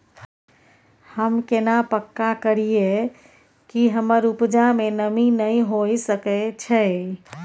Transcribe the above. हम केना पक्का करियै कि हमर उपजा में नमी नय होय सके छै?